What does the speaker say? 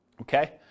Okay